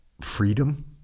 freedom